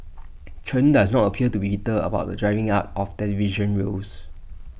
Chen does not appear to be bitter about the drying up of television roles